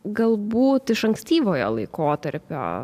galbūt iš ankstyvojo laikotarpio